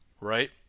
right